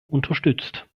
unterstützt